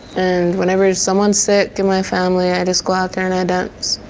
and whenever someone's sick in my family, i just go out there and i dance.